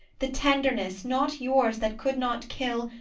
the tenderness, not yours, that could not kill,